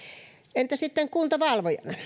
entä sitten kunta valvojana